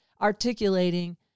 Articulating